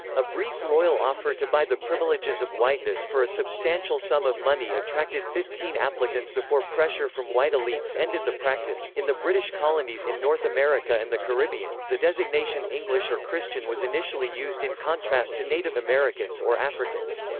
a brief royal offer to buy the privileges of whiteness for a substantial sum of money attracted fifteen applicants before pressure from white elites ended the practice in the british colonies in north america and the caribbean, the designation english or christian was initially used in contrast to native americans or africans.